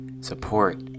support